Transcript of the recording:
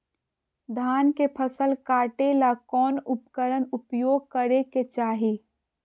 धान के फसल काटे ला कौन उपकरण उपयोग करे के चाही?